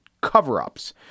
cover-ups